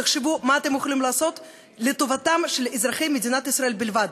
תחשבו מה אתם יכולים לעשות לטובתם של אזרחי מדינת ישראל בלבד.